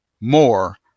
more